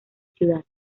ciudad